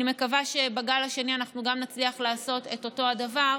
אני מקווה שגם בגל השני אנחנו נצליח לעשות את אותו הדבר,